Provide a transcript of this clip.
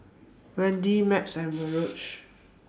Wendi Max and Virge